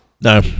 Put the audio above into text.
no